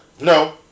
No